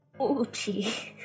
Ouchie